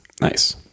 Nice